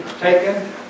taken